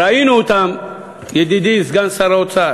ראינו אותם, ידידי שר האוצר,